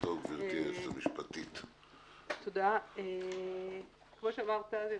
כפי שאמרת,